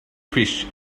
fish